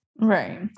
Right